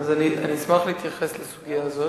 אז אני אשמח להתייחס לסוגיה הזאת.